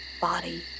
body